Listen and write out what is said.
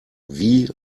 wie